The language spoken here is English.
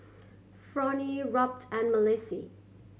Fronie Robt and Malissie